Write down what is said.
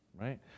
right